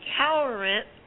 tolerant